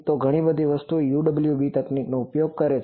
તો ઘણી બધી વસ્તુઓ UWB તકનીકનો ઉપયોગ થાય છે